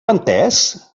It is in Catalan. entès